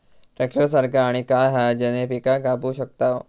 Tractor सारखा आणि काय हा ज्याने पीका कापू शकताव?